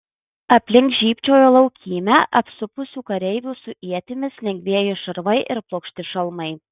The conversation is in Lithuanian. aplink žybčiojo laukymę apsupusių kareivių su ietimis lengvieji šarvai ir plokšti šalmai